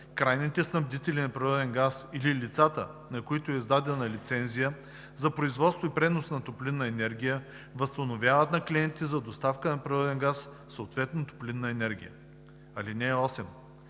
крайните снабдители на природен газ или лицата, на които е издадена лицензия за производство и пренос на топлинна енергия, възстановяват на клиентите за доставка на природен газ, съответно топлинна енергия. (8)